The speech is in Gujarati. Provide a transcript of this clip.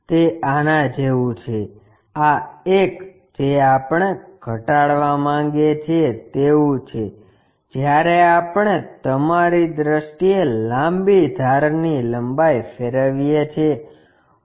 તે આના જેવું છે આં એક જે આપણે ઘટાડવા માંગીએ છીએ તેવું છે જ્યારે આપણે તમારી દ્રષ્ટિએ લાંબી ધારની લંબાઈ ફેરવીએ છે